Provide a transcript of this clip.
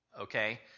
Okay